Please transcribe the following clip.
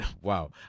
Wow